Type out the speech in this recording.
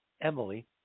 Emily